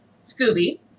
Scooby